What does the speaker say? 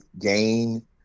gain